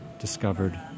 discovered